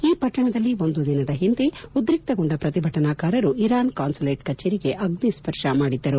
ಈ ಪಟ್ಟಣದಲ್ಲಿ ಒಂದು ದಿನದ ಹಿಂದೆ ಉದ್ರಿಕ್ತಗೊಂಡ ಪ್ರತಿಭಟನಾಕಾರರು ಇರಾನ್ ಕಾನ್ನುಲೇಟ್ ಕಚೇರಿಗೆ ಅಗ್ನಿಸ್ವರ್ಶ ಮಾಡಿದ್ದರು